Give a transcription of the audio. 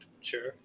Sure